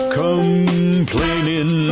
complaining